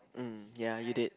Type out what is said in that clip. mm ya you did